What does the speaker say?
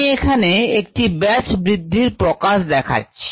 আমি এখানে একটি ব্যাচ বৃদ্ধির প্রকাশ দেখাচ্ছি